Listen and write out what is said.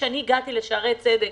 כשהגעתי לשערי צדק